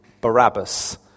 Barabbas